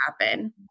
happen